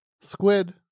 Squid